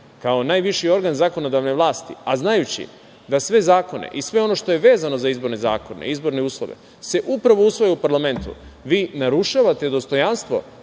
kao najviši organ zakonodavne vlasti, a znajući da sve zakone i sve ono što je vezano za izborne zakone, izborne uslove, se upravo usvaja u parlamentu vi narušavate dostojanstvo